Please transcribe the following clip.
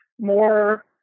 more